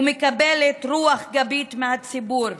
ומקבלת רוח גבית מהציבור.